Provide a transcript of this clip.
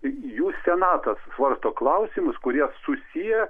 jų senatas svarsto klausimus kurie susiję